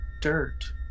dirt